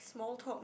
small talk